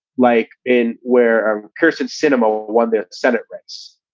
like in where a person's cinema won the senate race,